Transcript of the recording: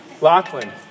Lachlan